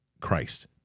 Christ